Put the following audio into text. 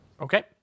Okay